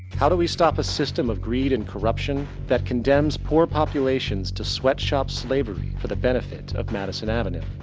how do we stop a system of greed and corruption that condemns poor populations to sweatshop-slavery for the benefit of madison avenue?